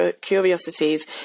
curiosities